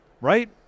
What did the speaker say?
Right